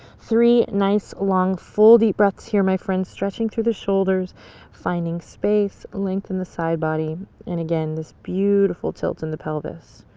three nice long full deep breaths here, my friends, stretching through the shoulders finding space and length in the side body and again, this beautiful tilt in the pelvis.